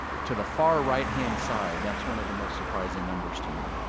to the far right-hand side, that's one of the most surprising numbers to me.